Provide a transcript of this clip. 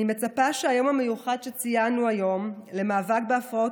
אני מצפה שהיום המיוחד שציינו היום למאבק בהפרעות